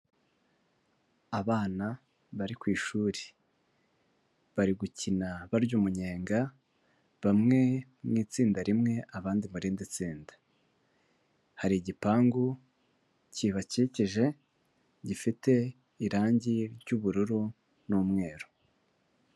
Abana bari ku ishuri, bari gukina barya umunyenga, bamwe mu itsinda rimwe abandi mu rindi tsinda, hari igipangu kibakikije gifite irangi ry'ubururu n'umweru.